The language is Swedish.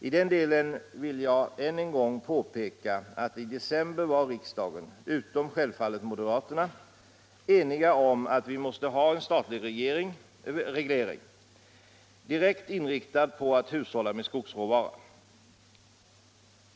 I den delen vill jag än en gång påpeka att i december var riksdagen — utom självfallet moderaterna — enig om att vi måste ha en statlig reglering, direkt inriktad på att hushålla med skogsråvara.